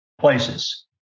places